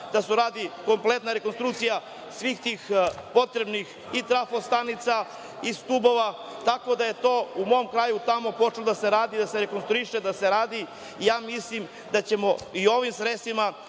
da se uradi rekonstrukcija svih tih potrebnih i trafo stanica i stubova, tako da je to u mom kraju tamo počelo da se radi, da se rekonstruiše, da se radi. Mislim da ćemo i ovim sredstvima